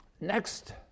next